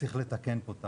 צריך לתקן פה את